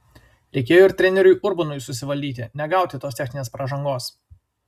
reikėjo ir treneriui urbonui susivaldyti negauti tos techninės pražangos